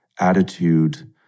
attitude